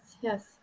Yes